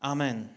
Amen